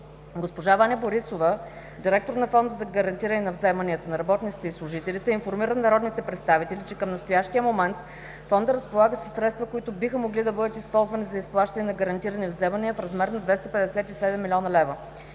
Госпожа Ваня Борисова – директор на Фонда за гарантиране на вземанията на работниците и служителите, информира народните представители, че към настоящия момент Фондът разполага със средства, които биха могли да бъдат използвани за изплащане на гарантирани вземания в размер на 257 милиона лева.